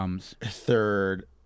third